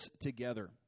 together